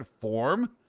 form